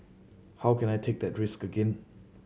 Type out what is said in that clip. how can I take that risk again